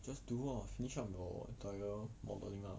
just do lah finish up your entire modelling lah